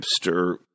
hipster